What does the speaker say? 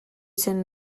zen